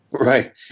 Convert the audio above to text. Right